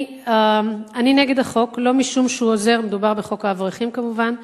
"אני נגד החוק לא משום שהוא עוזר" מדובר בחוק האברכים כמובן,